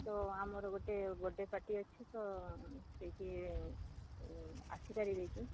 ତ ଆମର ଗୋଟେ ବଡ଼େ ପାଟି ଅଛି ତ ସେଇଠି ଆସିପାରିବେ କି